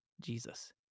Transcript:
Jesus